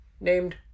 named